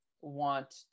want